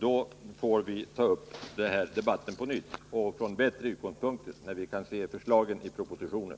Vi får ta upp den här debatten på nytt och från bättre utgångspunkter när vi kan se förslagen i propositionen